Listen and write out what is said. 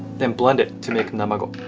then blend it to make namago.